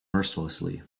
mercilessly